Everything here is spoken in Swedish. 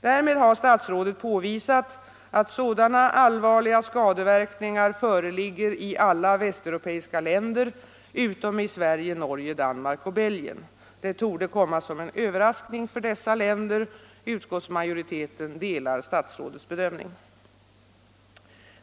Därmed har statsrådet påvisat att sådana allvarliga skadeverkningar föreligger i alla västeuropeiska länder — utom i Sverige, Norge, Danmark och Belgien. Det torde komma som en överraskning för dessa länder. Utskottsmajoriteten ansluter sig till statsrådets bedömning.